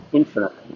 infinite